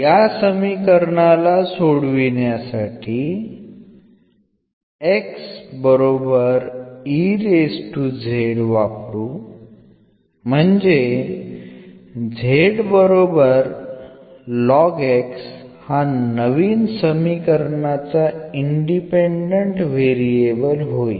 या समीकरणाला सोडविण्यासाठी वापरू म्हणजे हा नवीन समीकरणाचा इंडिपेंडंट व्हेरिएबल होईल